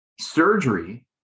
Surgery